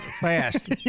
fast